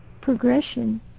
progression